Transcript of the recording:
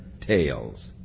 tails